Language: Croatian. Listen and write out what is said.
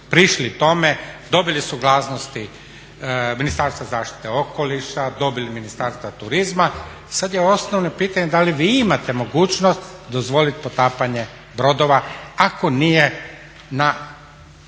prišli tome, dobili suglasnosti Ministarstva zaštite okoliša, dobili Ministarstva turizma i sada je osnovno pitanje da li vi imate mogućnost dozvoliti potapanje brodova, ako nije na